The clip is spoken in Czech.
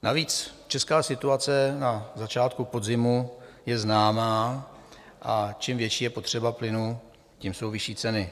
Navíc česká situace na začátku podzimu je známá a čím větší je potřeba plynu, tím jsou vyšší ceny.